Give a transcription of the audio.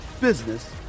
business